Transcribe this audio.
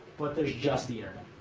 but there's just the ah